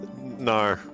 No